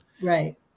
Right